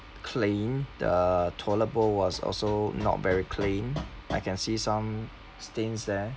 clean the toilet bowl was also not very clean I can see some stains there